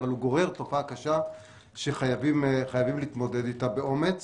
אבל הוא גורר תופעה קשה שחייבים להתמודד איתה באומץ.